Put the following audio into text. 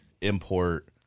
import